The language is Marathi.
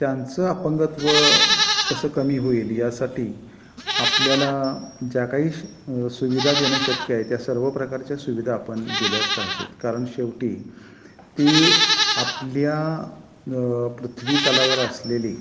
त्यांचं अपंगत्व कसं कमी होईल यासाठी आपल्याला ज्या काही सुविधा देणं शक्य आहे त्या सर्व प्रकारच्या सुविधा आपण दिल्याच पाहिजेत कारण शेवटी ती आपल्या पृथ्वीतलावर असलेली